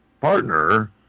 partner